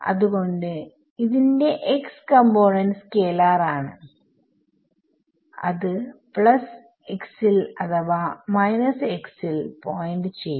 അത്കൊണ്ട് ന്റെ x component scalar ആണ് അത് പ്ലസ് x ൽ അഥവാ മൈനസ് x ൽ പോയിന്റ് ചെയ്യും